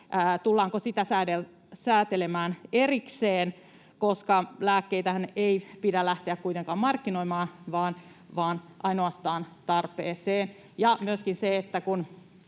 Tullaanko sitä säätelemään erikseen, koska lääkkeitähän ei pidä lähteä kuitenkaan markkinoimaan, vain ainoastaan tarpeeseen.